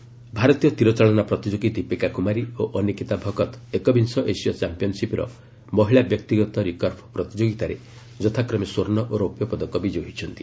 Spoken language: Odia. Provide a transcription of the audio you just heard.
ଆର୍ଚ୍ଚରୀ ମେଡାଲ୍ ଭାରତୀୟ ତୀର ଚାଳନା ପ୍ରତିଯୋଗୀ ଦୀପିକା କୁମାରୀ ଓ ଅନିକିତା ଭକତ ଏକବିଂଶ ଏସୀୟ ଚାମ୍ପିୟନ୍ସିପ୍ର ମହିଳା ବ୍ୟକ୍ତିଗତ ରିକର୍ବ ପ୍ରତିଯୋଗୀତାରେ ଯଥାକ୍ରମେ ସ୍ୱର୍ଷ ଓ ରୌପ୍ୟ ପଦକ ବିଜୟୀ ହୋଇଛନ୍ତି